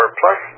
plus